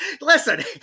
listen